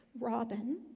Robin